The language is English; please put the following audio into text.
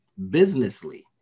businessly